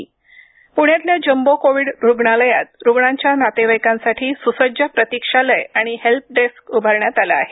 प्ण्यातल्या jumbo covid रुग्णालयात रुग्णांच्या नातेवाईकांसाठी सुसज्ज प्रतीक्षालय आणि हेल्प डेस्क उभारण्यात आलं आहे